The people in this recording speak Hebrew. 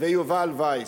ויובל וייס.